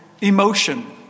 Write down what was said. emotion